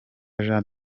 jean